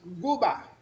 Guba